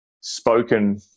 spoken